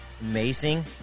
amazing